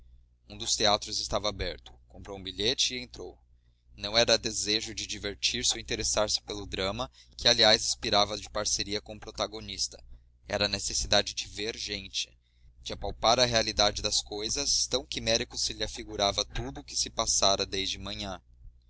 um dos teatros estava aberto comprou um bilhete e entrou não era desejo de divertir-se ou interessar-se pelo drama que aliás expirava de parceria com o protagonista era necessidade de ver gente de apalpar a realidade das coisas tão quimérico se lhe afigurava tudo o que se passara desde manhã